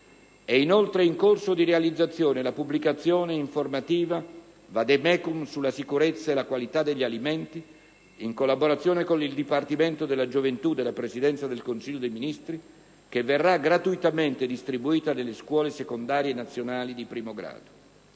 inoltre in corso di realizzazione la pubblicazione informativa "*Vademecum* sulla sicurezza e la qualità degli alimenti", in collaborazione con il Dipartimento della gioventù della Presidenza del consiglio dei ministri, che verrà gratuitamente distribuita nelle scuole secondarie nazionali di primo grado.